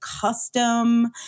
custom